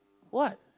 what